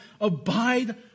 abide